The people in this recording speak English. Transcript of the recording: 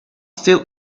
still